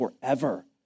forever